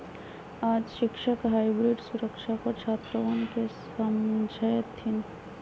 आज शिक्षक हाइब्रिड सुरक्षा पर छात्रवन के समझय थिन